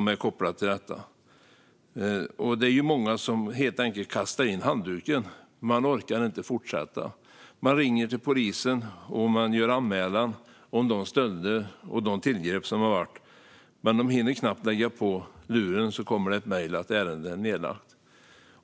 Många kastar helt enkelt in handduken. Man orkar inte fortsätta. Man ringer till polisen och anmäler de stölder och tillgrepp som varit. Men man hinner knappt lägga på luren innan det kommer ett mejl om att ärendet är nedlagt.